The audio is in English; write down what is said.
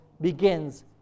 begins